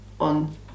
on